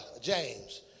James